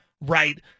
right